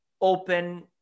open